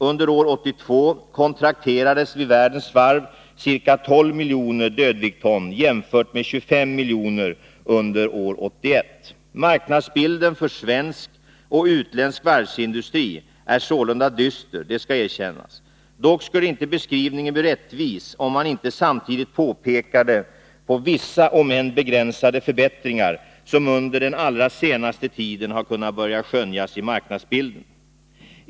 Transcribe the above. Under år 1982 kontrakterades vid världens varv ca 12 miljoner dödviktton jämfört med 25 miljoner dödviktton under år 1981. Marknadsbilden för svensk och utländsk varvsindustri är sålunda dyster; det skall erkännas. Dock skulle inte beskrivningen bli rättvis, om man inte samtidigt pekade på vissa, om än begränsade, förbättringar som under den allra senaste tiden har kunnat börja skönjas i marknadsbilden.